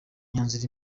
myanzuro